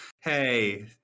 hey